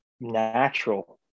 natural